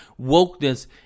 wokeness